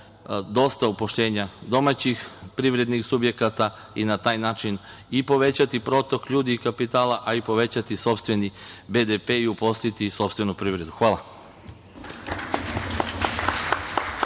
nova upošljenja domaćih privrednih subjekata i na taj način i povećati protok ljudi i kapitala, a i povećati sopstveni BDP i uposliti sopstvenu privredu. Hvala.